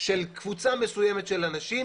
של קבוצה מסוימת של אנשים